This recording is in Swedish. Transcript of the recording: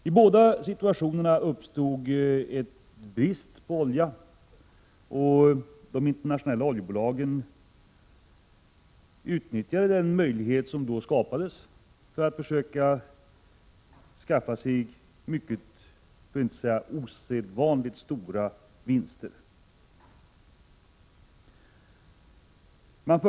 I båda situationerna uppstod brist på olja, och de internationella oljebolagen utnyttjade detta till att söka skaffa sig mycket stora, för att inte säga alldeles osedvanligt stora vinster.